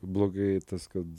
blogai tas kad